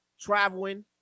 traveling